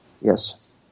Yes